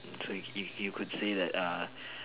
so if if you could say that ah